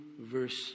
verse